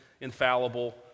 infallible